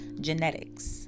genetics